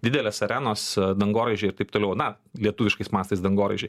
didelės arenos dangoraižį ir taip toliau na lietuviškais mastais dangoraižį